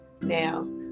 now